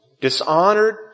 dishonored